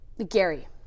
Gary